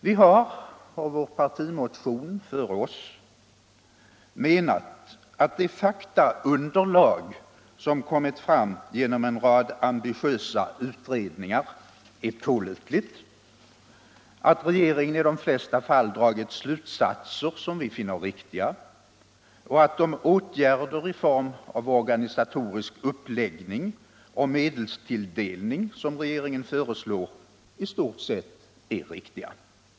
Vi har, och vår partimotion före oss, menat att det faktaunderlag som kommit fram genom en rad ambitiösa utredningar är pålitligt, att regeringen i de flesta fall dragit riktiga slutsatser och att de åtgärder i form av organisatorisk uppläggning och medelstilldelning, som regeringen föreslår, i stort sett är väl avvägda.